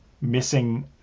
missing